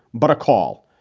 but a call,